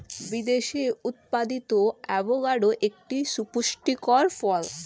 বিদেশে উৎপাদিত অ্যাভোকাডো একটি সুপুষ্টিকর ফল